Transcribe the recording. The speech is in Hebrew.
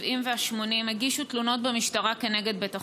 ה-70 וה-80 הגישו תלונות במשטרה כנגד בית החולים.